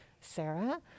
sarah